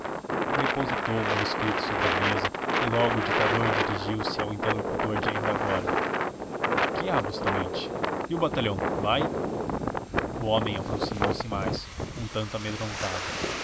o manuscrito sobre a mesa e logo o ditador dirigiu-se ao interlocutor de ainda agora que há bustamante e o batalhão vai o homem aproximou-se mais um tanto amedrontado